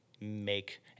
make